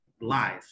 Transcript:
live